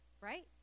right